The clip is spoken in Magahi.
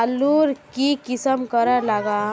आलूर की किसम करे लागम?